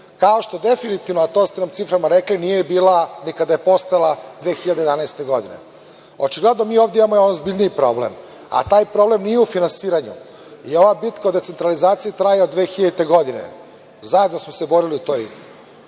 kao što definitivno, a to ste nam ciframa rekli nije bila ni kada je postala 2011. godine. Očigledno, mi ovde imamo jedan ozbiljniji problem, a taj problem nije u finansiranju i ova bitka o decentralizaciji traje od 2000. godine, zajedno smo se borili u toj